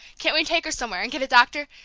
can't we take her somewhere, and get a doctor?